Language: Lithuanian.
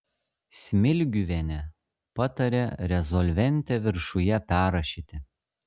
smilgiuvienė patarė rezolventę viršuje perrašyti